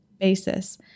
basis